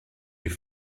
die